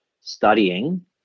studying